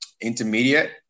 intermediate